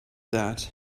that